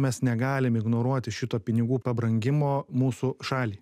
mes negalim ignoruoti šito pinigų pabrangimo mūsų šaliai